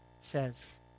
says